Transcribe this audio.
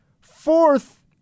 fourth